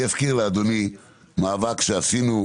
אני אזכיר לאדוני מאבק שעשינו,